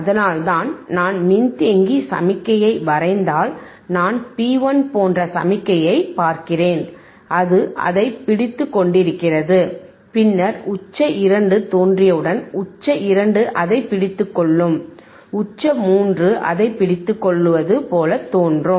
அதனால்தான் நான் மின்தேக்கி சமிக்ஞையை வரைந்தால் நான் பி 1 போன்ற சமிக்ஞையைப் பார்க்கிறேன் அது அதைப் பிடித்துக் கொண்டிருக்கிறது பின்னர் உச்ச 2 தோன்றியவுடன் உச்சம் 2 அதைப் பிடித்துக் கொள்ளும் உச்ச 3 அதைப் பிடித்துக்கொள்வது போல் தோன்றும்